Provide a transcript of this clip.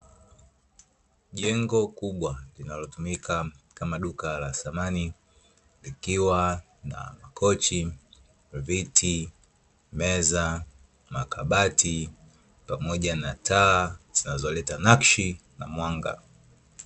Jengo kubwa linalotumika kama duka la samani likiwa na: makochi, viti, meza, makabati pamoja na taa zinazoleta nakshi na mwanga.